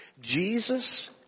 Jesus